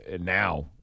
now